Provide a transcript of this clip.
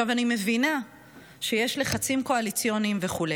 אני מבינה שיש לחצים קואליציוניים וכו',